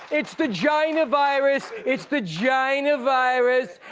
it's the china virus, it's the china virus.